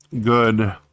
Good